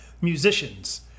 musicians